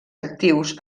actius